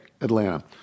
Atlanta